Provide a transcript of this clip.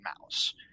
mouse